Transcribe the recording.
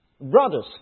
Brothers